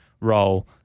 role